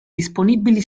disponibili